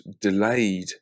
delayed